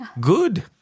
good